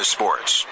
Sports